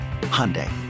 Hyundai